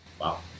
Wow